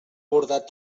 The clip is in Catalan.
bordat